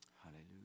Hallelujah